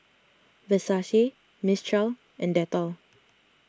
Versace Mistral and Dettol